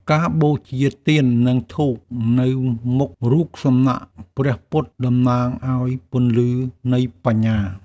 ការបូជាទៀន និងធូបនៅមុខរូបសំណាកព្រះពុទ្ធ តំណាងឱ្យពន្លឺនៃបញ្ញា។